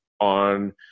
on